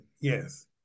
Yes